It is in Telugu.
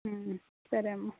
సరే అమ్మా